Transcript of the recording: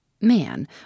Man